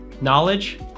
knowledge